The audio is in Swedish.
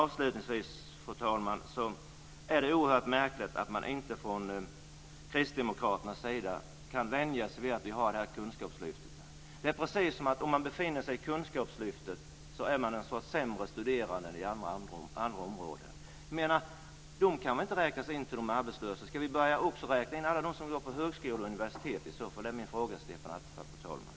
Avslutningsvis, fru talman, är det oerhört märkligt att man från Kristdemokraternas sida inte kan vänja sig vid att vi har Kunskapslyftet. Det är precis som om de som befinner sig i Kunskapslyftet är en sorts sämre studerande än på andra områden. De kan väl inte räknas in bland de arbetslösa. Ska vi då börja räkna in alla dem som går på högskolor och universitet också? Det är min fråga till Stefan Attefall, fru talman.